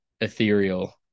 ethereal